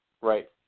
Right